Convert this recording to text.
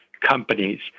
companies